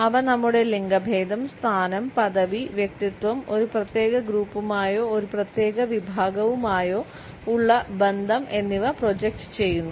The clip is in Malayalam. അവ നമ്മുടെ ലിംഗഭേദം സ്ഥാനം പദവി വ്യക്തിത്വം ഒരു പ്രത്യേക ഗ്രൂപ്പുമായോ ഒരു പ്രത്യേക വിഭാഗവുമായോ ഉള്ള ബന്ധം എന്നിവ പ്രോജക്ട് ചെയ്യുന്നു